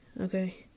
Okay